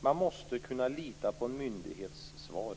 Man måste kunna lita på en myndighets svar.